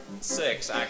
six